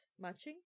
matching